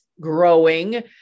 growing